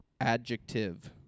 adjective